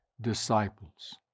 disciples